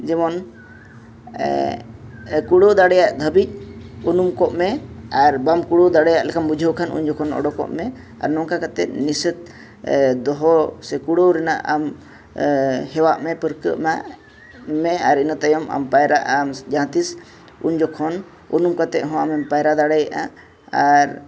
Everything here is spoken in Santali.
ᱡᱮᱢᱚᱱ ᱠᱩᱲᱟᱹᱣ ᱫᱟᱲᱮᱭᱟᱜ ᱫᱷᱟᱹᱵᱤᱡ ᱩᱱᱩᱢ ᱠᱚᱜᱼᱢᱮ ᱟᱨ ᱵᱟᱢ ᱠᱩᱲᱟᱹᱣ ᱫᱟᱲᱮᱭᱟᱜ ᱞᱮᱠᱟᱢ ᱵᱩᱡᱷᱟᱹᱣ ᱠᱷᱟᱱ ᱩᱱᱡᱚᱠᱷᱚᱱ ᱩᱰᱩᱠᱚᱜᱢᱮ ᱟᱨ ᱱᱚᱝᱠᱟ ᱠᱟᱛᱮᱫ ᱱᱤᱥᱟᱹᱥ ᱫᱚᱦᱚ ᱥᱮ ᱠᱩᱲᱟᱹᱣ ᱨᱮᱱᱟᱜ ᱦᱮᱣᱟᱜ ᱢᱮ ᱯᱟᱹᱨᱠᱟᱹᱜ ᱢᱮ ᱢᱮ ᱟᱨ ᱤᱱᱟᱹ ᱛᱟᱭᱚᱢ ᱟᱢ ᱯᱟᱭᱨᱟᱜᱼᱟᱢ ᱡᱟᱦᱟᱸᱛᱤᱥ ᱩᱱ ᱡᱚᱠᱷᱚᱱ ᱩᱱᱩᱢ ᱠᱟᱛᱮᱫᱦᱚᱸ ᱟᱢᱮᱢ ᱯᱟᱭᱨᱟ ᱫᱟᱲᱮᱭᱟᱜᱼᱟ ᱟᱨ